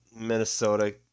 Minnesota